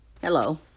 Hello